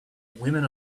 women